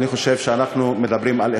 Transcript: אני חושב שאנחנו מדברים על חטא,